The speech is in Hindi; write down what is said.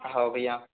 हओ भैया